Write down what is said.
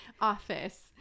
office